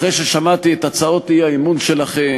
אחרי ששמעתי את הצעות האי-אמון שלכם